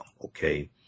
Okay